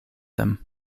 them